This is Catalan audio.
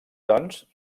doncs